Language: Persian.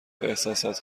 احساسات